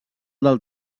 del